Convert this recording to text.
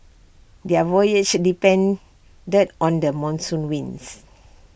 their voyages depended on the monsoon winds